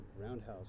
roundhouse